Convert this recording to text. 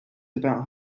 about